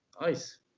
nice